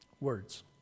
Words